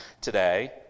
today